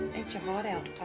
eat your heart out,